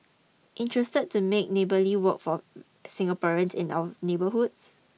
interested to make Neighbourly work for Singaporeans and our neighbourhoods